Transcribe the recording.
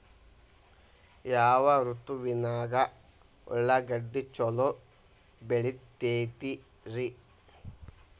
ಯಾವ ಋತುವಿನಾಗ ಉಳ್ಳಾಗಡ್ಡಿ ಛಲೋ ಬೆಳಿತೇತಿ ರೇ?